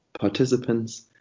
participants